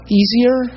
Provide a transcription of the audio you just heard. easier